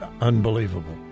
unbelievable